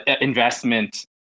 investment